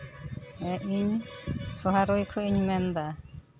ᱮᱜ ᱤᱧ ᱥᱚᱦᱟᱨᱳᱦᱤ ᱠᱷᱚᱱᱤᱧ ᱢᱮᱱ ᱮᱫᱟ